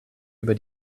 über